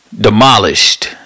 demolished